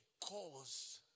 cause